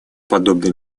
подобный